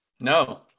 no